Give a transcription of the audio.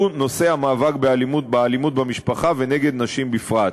הוא נושא המאבק באלימות במשפחה ונגד נשים בפרט.